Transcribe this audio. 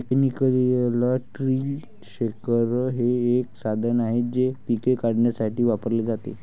mechanical tree shaker हे एक साधन आहे जे पिके काढण्यासाठी वापरले जाते